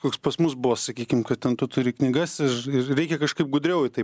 koks pas mus buvo sakykim kad ten tu turi knygas ir reikia kažkaip gudriau į tai